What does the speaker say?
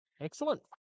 Excellent